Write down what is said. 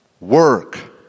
Work